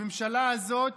הממשלה הזאת